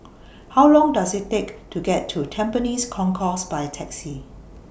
How Long Does IT Take to get to Tampines Concourse By Taxi